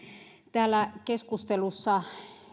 täällä keskustelussa